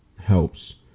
helps